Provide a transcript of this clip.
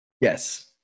Yes